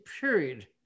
period